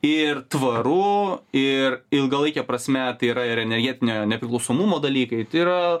ir tvaru ir ilgalaike prasme tai yra ir energetinio nepriklausomumo dalykai tai yra